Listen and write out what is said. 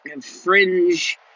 fringe